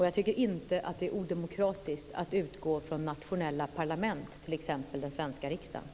Jag tycker inte att det är odemokratiskt att utgå från nationella parlament, t.ex. den svenska riksdagen.